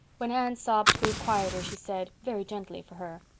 when anne's sobs grew quieter she said, very gently for her,